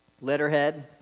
letterhead